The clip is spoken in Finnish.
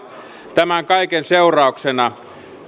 tämän kaiken seurauksena